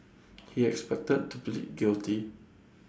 he expected to plead guilty